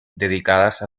dedicadas